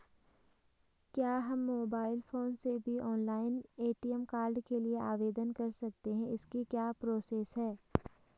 क्या हम mobile phone से भी ऑनलाइन ए.टी.एम कार्ड के लिए आवेदन कर सकते हैं इसकी क्या प्रोसेस है?